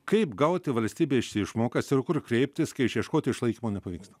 kaip gauti valstybės išmokas ir kur kreiptis kai išieškoti išlaikymo nepavyksta